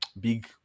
Big